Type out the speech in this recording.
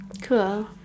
Cool